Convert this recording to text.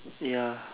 ya